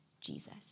Jesus